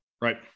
Right